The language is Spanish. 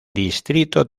distrito